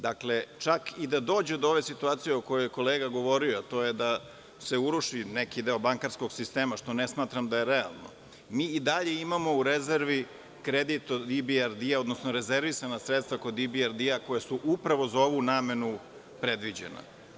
Dakle, čak i da dođe do ove situacije o kojoj je kolega govorio, a to je da se uruši neki deo bankarskog sistema, što ne smatram da je realno, mi i dalje imamo u rezervi kredit od IBRD, odnosno rezervisana sredstva kod IBRD koja su upravo za ovu namenu predviđena.